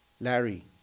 Larry